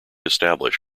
establish